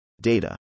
Data